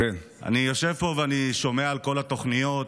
אני יושב פה ואני שומע על כל התוכניות